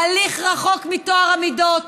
הליך רחוק מטוהר המידות,